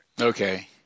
Okay